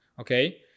okay